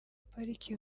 pariki